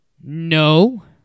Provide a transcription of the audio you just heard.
No